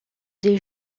des